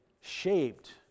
shaped